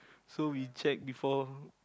so we check before